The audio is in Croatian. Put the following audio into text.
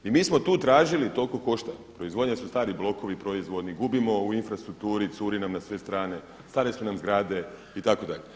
I mi smo tu tražili toliko košta proizvodnja jer su stari blokovi proizvodni, gubimo u infrastrukturi, curi nam na sve strane, stare su nam zgrade itd.